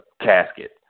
casket